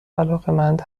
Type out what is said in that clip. علاقمند